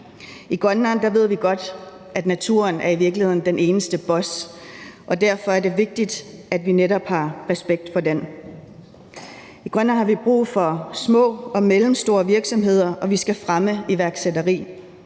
I Grønland ved vi godt, at naturen i virkeligheden er den eneste boss, og derfor er det vigtigt, at vi netop har respekt for den. I Grønland har vi brug for små og mellemstore virksomheder, og vi skal fremme iværksætteri.